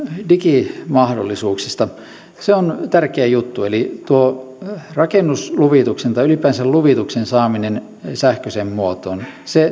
digimahdollisuuksista se on tärkeä juttu eli tuo rakennusluvituksen tai ylipäänsä luvituksen saaminen sähköiseen muotoon